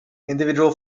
individual